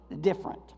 different